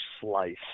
slice